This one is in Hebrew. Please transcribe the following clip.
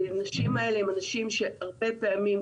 האנשים האלה הם אנשים שהרבה פעמים,